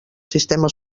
sistema